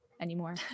anymore